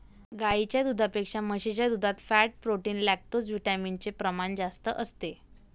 गाईच्या दुधापेक्षा म्हशीच्या दुधात फॅट, प्रोटीन, लैक्टोजविटामिन चे प्रमाण जास्त असते